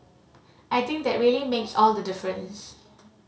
I think that really makes all the difference